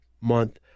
month